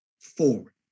forward